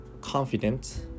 confident